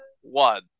one